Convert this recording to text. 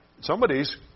somebody's